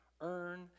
earn